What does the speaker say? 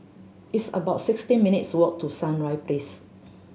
it's about sixteen minutes' walk to Sunrise Place